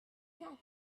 had